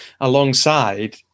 alongside